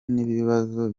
n’ibibazo